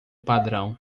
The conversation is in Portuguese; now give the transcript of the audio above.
padrão